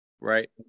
Right